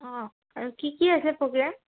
অঁ আৰু কি কি আছে প্ৰগ্ৰেম